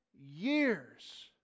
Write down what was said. years